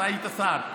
אתה היית שר.